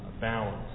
balance